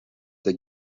the